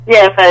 Yes